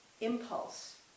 impulse